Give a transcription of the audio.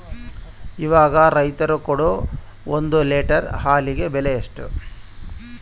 ಇವಾಗ ರೈತರು ಕೊಡೊ ಒಂದು ಲೇಟರ್ ಹಾಲಿಗೆ ಬೆಲೆ ಎಷ್ಟು?